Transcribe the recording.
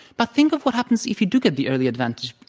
but think of what happens if you do get the early advantag e,